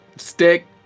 Stick